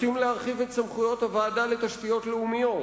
רוצים להרחיב את סמכויות הוועדה לתשתיות לאומיות,